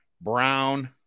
brown